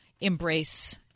embrace